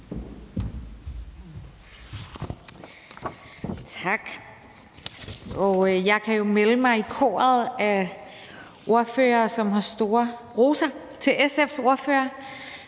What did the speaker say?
Tak. Jeg kan jo melde mig i koret af ordførere, som har store roser til SF's ordfører